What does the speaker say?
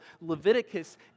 Leviticus